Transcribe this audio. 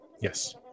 Yes